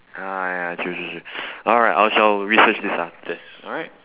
ah ya true true true alright I'll shall research this up then alright